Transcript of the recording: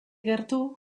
gertu